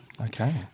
Okay